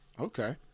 okay